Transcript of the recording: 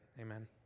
Amen